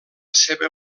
seva